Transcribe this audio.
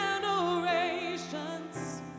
generations